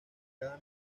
cada